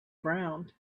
ground